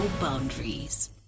boundaries